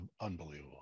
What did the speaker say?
unbelievable